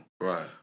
Right